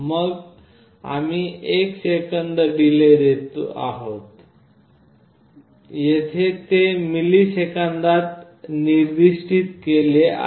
मग आम्ही एक सेकंद डिले देत आहोत येथे ते मिलिसेकंदात निर्दिष्ट केले आहे